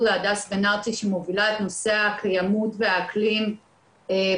להדס בן ארצי שמובילה את הנושא הקיימות והאקלים בשולחן